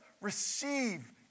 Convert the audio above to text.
receive